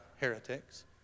heretics